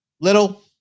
little